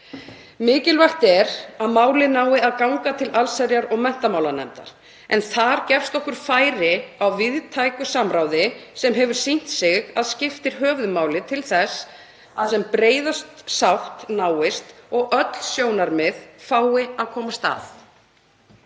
Mikilvægt er að málið nái að ganga til allsherjar- og menntamálanefndar en þar gefst okkur færi á víðtæku samráði sem hefur sýnt sig að skiptir höfuðmáli til þess að sem breiðust sátt náist og öll sjónarmið fái að komast að.